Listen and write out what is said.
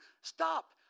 stop